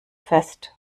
fest